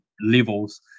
levels